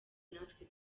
natwe